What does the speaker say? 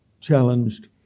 challenged